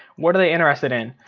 what are they interested in?